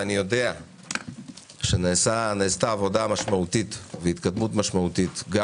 אני יודע שנעשתה עבודה משמעותית והתקדמות משמעותית גם